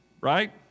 right